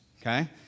okay